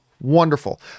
wonderful